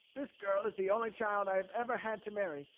this girl is the only child i have ever had to marry.